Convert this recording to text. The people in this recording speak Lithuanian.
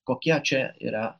kokia čia yra